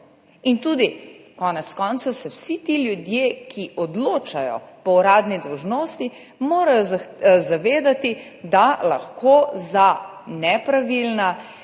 In tudi, konec koncev se vsi ti ljudje, ki odločajo po uradni dolžnosti, morajo zavedati, da lahko za nepravilna,